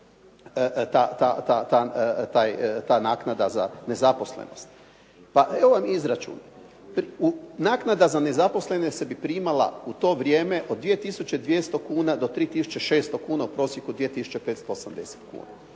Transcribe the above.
ta naknada za nezaposlenost. Pa evo vam izračun. Naknada za nezaposlene se bi primala u to vrijeme od 2200 kn do 3600 kn, u prosjeku 2580 kn